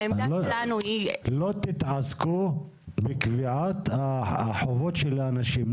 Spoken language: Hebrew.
לא תתעסקו בקביעת החובות של האנשים.